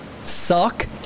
suck